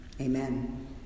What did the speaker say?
Amen